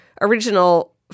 original